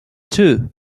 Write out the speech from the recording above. two